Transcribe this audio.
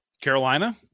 Carolina